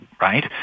right